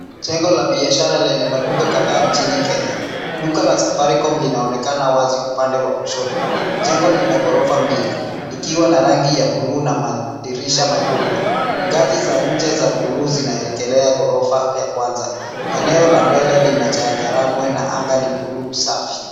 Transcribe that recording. Jengo la biashara lenye maduka kadhaa nchini Kenya. Duka la safaricom linaonekana wazi upande wa kushoto. Jengo lina ghorofa mbili likiwa na rangi ya buluu na madirisha makubwa. Ngazi za nje za buluu zinaelekea ghorofa ya kwanza. Eneo la mbele lina changarawe na anga ni bluu safi.